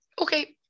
okay